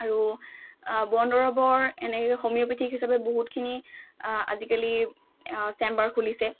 আৰু বন দৰৱৰ এনেকৈ হোমিঅ'পেথিক হিচাপে বহুতখিনি আজিকালি চেম্বাৰ খুলিছে